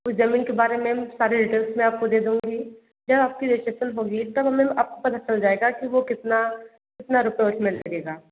उस जमीन के बारे मेम सारे डिटेल्स मैं आपको दे दूँगी जब आपकी रजिस्ट्रेशन होगी तब मेम आप को पता चल जायेगा की वो कितना कितना रूपये उसमें लगेगा